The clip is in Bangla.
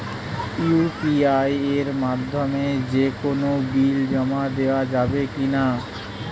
ইউ.পি.আই এর মাধ্যমে যে কোনো বিল জমা দেওয়া যাবে কি না?